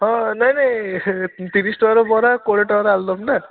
ହଁ ନାହିଁ ନାହିଁ ତିରିଶ ଟଙ୍କାର ବରା କୋଡ଼ିଏ ଟଙ୍କାର ଆଳୁଦମ ନା